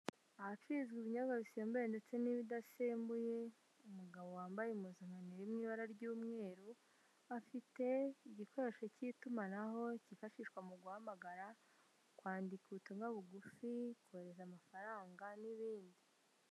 Ahacururizwa ibinyobwa bisembuye ndetse n'ibidasembuye, umugabo wambaye impuzankano iri mu ibara ry'umweru afite igikoresho k'itumanaho kifashishwa mu guhamagara, kwandika ubutumwa bugufi, kohereza amafaranga n'ibindi.